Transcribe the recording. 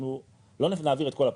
אנחנו לא נעביר את כל הפיצוי,